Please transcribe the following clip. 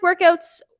workouts